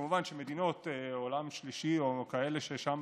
כמובן שמדינות עולם שלישי או כאלה ששם